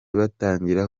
batangira